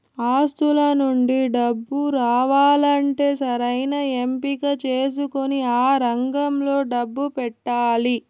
ఆస్తుల నుండి డబ్బు రావాలంటే సరైన ఎంపిక చేసుకొని ఆ రంగంలో డబ్బు పెట్టాలి